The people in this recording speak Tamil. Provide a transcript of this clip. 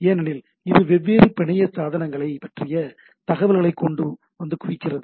ஏனெனில் இது வெவ்வேறு பிணைய சாதனங்களைப் பற்றிய தகவல்களைக் கொண்டு வந்து குவிக்கிறது